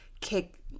kick